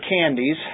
candies